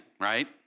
right